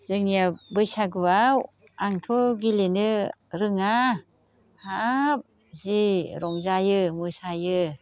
जोंनिया बैसागुआव आंथ' गेलेनो रोङा हाब जि रंजायो मोसायो